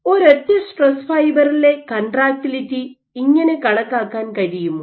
ഒരൊറ്റ സ്ട്രെസ് ഫൈബറിലെ കൺട്രാക്റ്റിലിറ്റി ഇങ്ങനെ കണക്കാക്കാൻ കഴിയുമോ